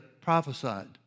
prophesied